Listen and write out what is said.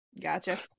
gotcha